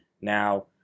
Now